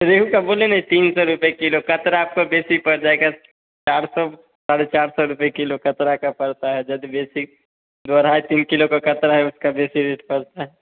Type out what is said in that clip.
रेहू का बोले नहीं तीन सौ रेट एक किलो का कतरा आपको वैसे पड़ जाएगा चार सौ साढ़े चार रुपए किलो कतरा का पड़ता है जब जैसी जो रहा तीन किलो का कतरा है उसका वैसे रेट पड़ता है